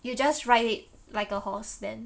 you just ride it like a horse then